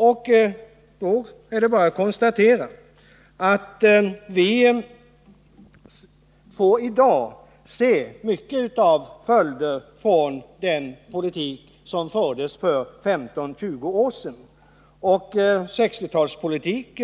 Det är bara att konstatera att vi i dag får se många följder av den politik som fördes för 15-20 år sedan. 1960-talets politik